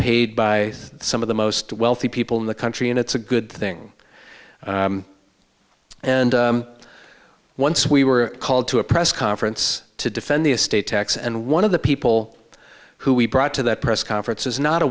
paid by some of the most wealthy people in the country and it's a good thing and once we were called to a press conference to defend the estate tax and one of the people who we brought to that press conference is not a